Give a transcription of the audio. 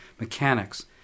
mechanics